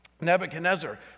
Nebuchadnezzar